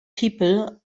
people